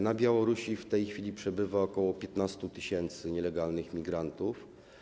Na Białorusi w tej chwili przebywa ok. 15 tys. nielegalnych imigrantów.